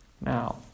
Now